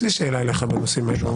בסדר?